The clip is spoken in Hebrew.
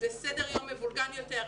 לסדר יום מבולגן יותר,